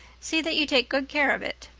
see that you take good care of it.